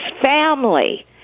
family